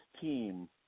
team